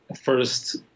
first